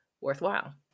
worthwhile